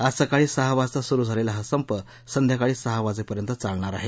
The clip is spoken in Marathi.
आज सकाळी सहा वाजता सुरु झालेला हा संप संध्याकाळी सहा वाजेपर्यंत चालणार आहे